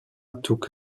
took